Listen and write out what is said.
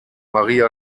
maria